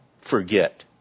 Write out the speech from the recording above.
forget